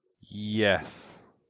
Yes